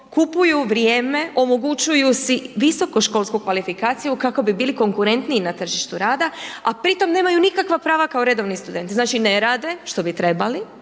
kupuju vrijeme, omogućuju si visokoškolsku kvalifikaciju kako bi bili konkurentniji na tržištu rada, a pritom nemaju nikakva prava kao redovni studenti. Znači ne rade što bi trebali